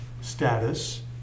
status